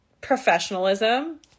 professionalism